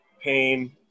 pain